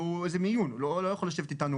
וזה מיון הוא לא יכול לשבת אתנו